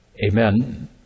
Amen